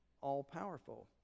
all-powerful